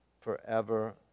forever